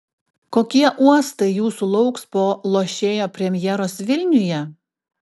kokie uostai jūsų lauks po lošėjo premjeros vilniuje